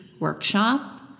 workshop